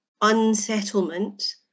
unsettlement